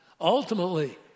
Ultimately